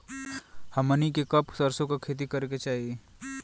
हमनी के कब सरसो क खेती करे के चाही?